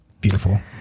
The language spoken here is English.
beautiful